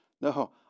No